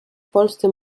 polsce